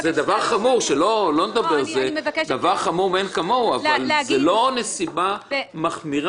זה דבר חמור מאין כמוהו אבל זו לא נסיבה חמורה